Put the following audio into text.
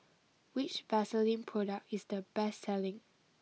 which Vaselin product is the best selling